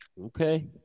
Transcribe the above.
Okay